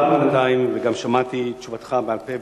אף-על-פי שדיברנו בינתיים וגם שמעתי תשובתך בעל-פה,